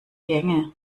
gänge